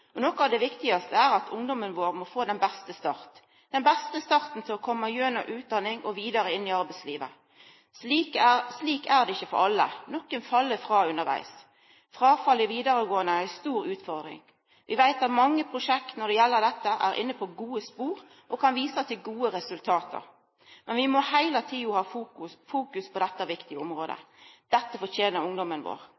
viktig. Noko av det viktigaste er at ungdommen vår må få den beste starten til å koma gjennom utdanning og vidare inn i arbeidslivet. Slik er det ikkje for alle, nokon fell frå undervegs. Fråfallet i vidaregåande er ei stor utfordring. Vi veit at mange prosjekt når det gjeld dette, er inne på gode spor og kan visa til gode resultat. Men vi må heile tida ha fokus på dette viktige området.